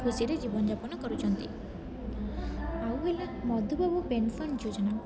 ଖୁସିରେ ଜୀବନଜାପାନ କରୁଛନ୍ତି ଆଉ ହେଲା ମଧୁବାବୁ ପେନସନ୍ ଯୋଜନା